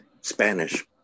Spanish